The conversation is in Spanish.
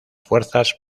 fuerzas